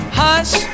hush